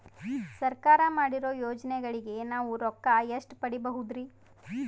ಸರ್ಕಾರ ಮಾಡಿರೋ ಯೋಜನೆಗಳಿಗೆ ನಾವು ರೊಕ್ಕ ಎಷ್ಟು ಪಡೀಬಹುದುರಿ?